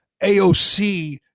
aoc